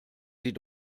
sie